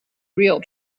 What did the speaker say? real